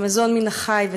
ומזון מן החי,